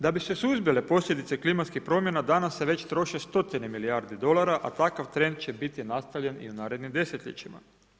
Da bi se suzbile posljedice klimatskih promjena danas se već troše stotine milijarde dolara, a takav trend će biti nastavljen i u narednim desetljećima.